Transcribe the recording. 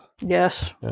yes